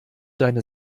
deine